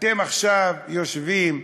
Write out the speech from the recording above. אתם עכשיו יושבים,